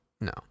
no